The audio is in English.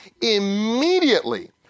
Immediately